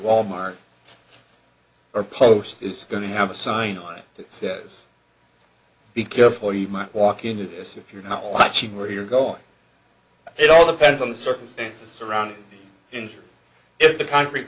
walmart or post is going to have a sign on it that says be careful you might walk into this if you're not watching where you're going it all depends on the circumstances around injury if the concrete